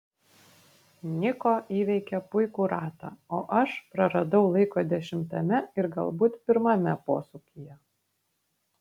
niko įveikė puikų ratą o aš praradau laiko dešimtame ir galbūt pirmame posūkyje